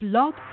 Blog